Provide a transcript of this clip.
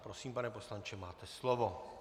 Prosím, pane poslanče, máte slovo.